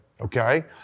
okay